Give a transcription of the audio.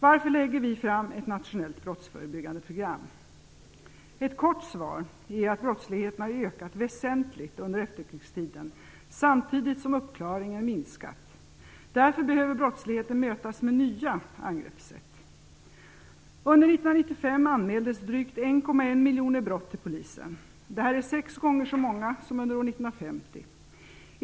Varför lägger vi fram ett nationellt brottsförebyggande program? Ett kort svar är att brottsligheten har ökat väsentligt under efterkrigstiden samtidigt som uppklaringen har minskat. Därför behöver brottsligheten mötas med nya angreppssätt. Under 1995 anmäldes drygt 1,1 miljoner brott till polisen. Det är sex gånger så många som under år 1950.